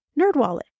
NerdWallet